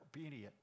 obedient